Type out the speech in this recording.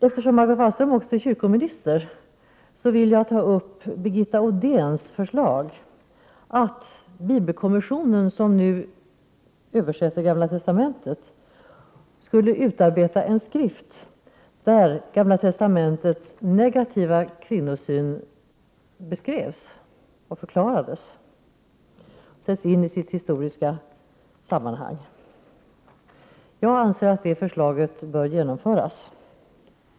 Eftersom Margot Wallström också är kyrkominister, vill jag ta upp Birgitta Odéns förslag att bibelkommissionen, som nu översätter gamla testamentet, skulle utarbeta en skrift där gamla testamentets negativa kvinnosyn sattes in i sitt historiska sammanhang, beskrevs och förklarades. Jag anser att det förslaget bör genomföras.